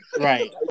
Right